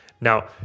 Now